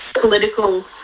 political